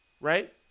right